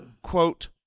quote